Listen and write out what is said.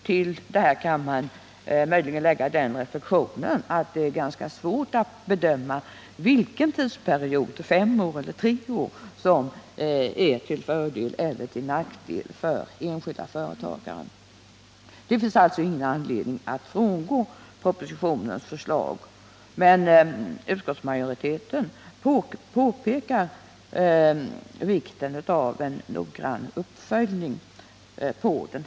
Till detta kan man göra den reflexionen att det är svårt att bedöma vilken tidsperiod —tre år eller fem år — som kan vara till fördel resp. nackdel för den enskilde företagaren. Det finns alltså ingen anledning att på denna punkt frångå propositionens förslag, men utskottsmajoriteten påpekar vikten av att man här noga följer utvecklingen.